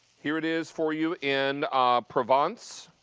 here it is for you in provence.